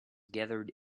gathered